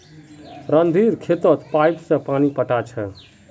रणधीर खेतत पाईप स पानी पैटा छ